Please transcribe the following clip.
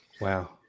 Wow